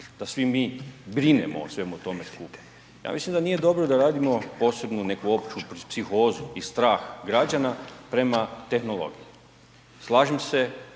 da svi mi brinemo o svemu tome skupa. Ja mislim da nije dobro da radimo posebnu neku opću psihozu i strah građana prema tehnologiji. Slažem se,